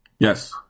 Yes